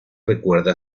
recuerda